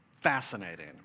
fascinating